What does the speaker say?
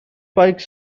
pike